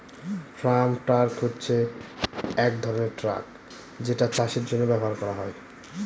farm track হচ্ছে এক ধরনের ট্র্যাক যেটা চাষের জন্য ব্যবহার করা হয়